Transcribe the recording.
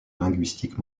linguistique